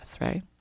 right